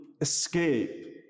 escape